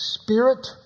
spirit